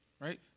Right